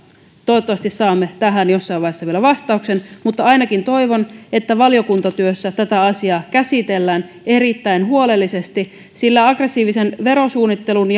toivottavasti saamme tähän jossain vaiheessa vielä vastauksen mutta ainakin toivon että valiokuntatyössä tätä asiaa käsitellään erittäin huolellisesti sillä aggressiivisen verosuunnittelun